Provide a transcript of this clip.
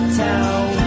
town